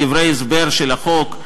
בדברי ההסבר לחוק,